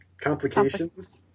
complications